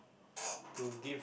to give